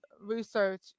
research